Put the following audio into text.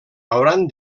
hauran